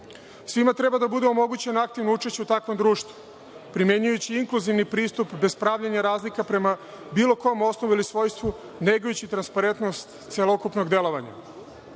treba da bude omogućeno aktivno učešće u takvom društvu, primenjujući inkluzivni pristup bez pravljenja razlika prema bilo kom osnovu ili svojstvu negujući transparentnost celokupnog delovanja. Misija